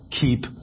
keep